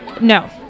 No